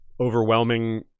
overwhelming